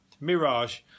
mirage